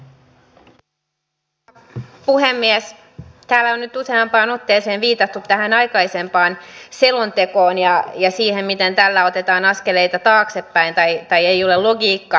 täällä on nyt useampaan otteeseen viitattu tähän aikaisempaan selontekoon ja siihen miten tällä otetaan askeleita taaksepäin tai että tässä ei ole logiikkaa